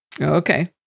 okay